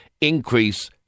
increase